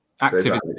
Activity